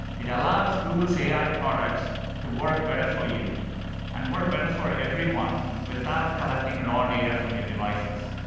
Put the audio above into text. it allows google's ai products to work better for you and work better for everyone without collecting raw data from your devices.